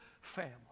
family